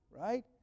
right